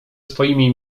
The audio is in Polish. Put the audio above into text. swoimi